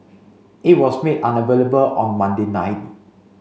it was made unavailable on Monday night